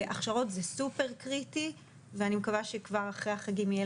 הכשרות זה סופר קריטי ואני מקווה שכבר אחרי החגים יהיה